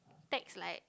text like